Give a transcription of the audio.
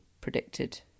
predicted